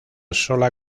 sola